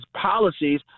policies